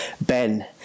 Ben